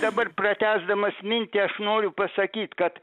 dabar pratęsdamas mintį aš noriu pasakyt kad